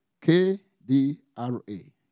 K-D-R-A